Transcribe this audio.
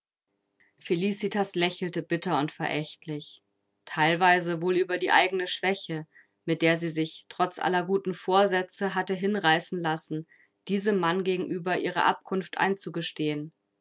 felicitas lächelte bitter und verächtlich teilweise wohl über die eigene schwäche mit der sie sich trotz aller guten vorsätze hatte hinreißen lassen diesem mann gegenüber ihre abkunft einzugestehen